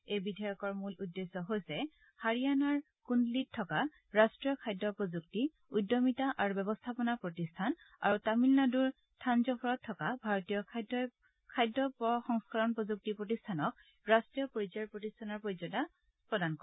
এই বিধেয়কৰ মূল উদ্দেশ্য হৈছে হাৰিয়ানাৰ কুন্দলিত থকা ৰাষ্ট্ৰীয় খাদ্য প্ৰযুক্তি উদ্যমিতা আৰু ব্যৱস্থাপনা প্ৰতিষ্ঠান আৰু তামিলনাডুৰ থানজ ভৰত থকা ভাৰতীয় খাদ্য সংশোধন প্ৰযুক্তি প্ৰতিষ্ঠানক ৰাষ্ট্ৰীয় পৰ্যায়ৰ প্ৰতিষ্ঠানৰ মৰ্যাদা প্ৰদান কৰা